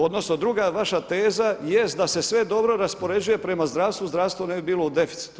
Odnosno druga vaša teza jest da se sve dobro raspoređuje prema zdravstvu, zdravstvo ne bi bilo u deficitu.